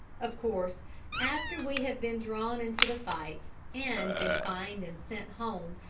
of course after we have been drawn into the fight and been fined and sent home,